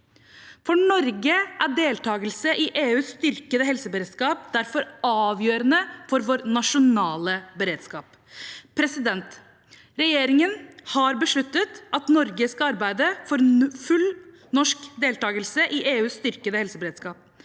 For Norge er deltakelse i EUs styrkede helseberedskap derfor avgjørende for vår nasjonale beredskap. Regjeringen har besluttet at Norge skal arbeide for full norsk deltakelse i EUs styrkede helseberedskap.